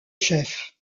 chef